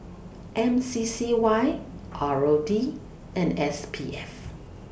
M C C Y R O D and S P F